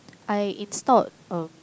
I installed um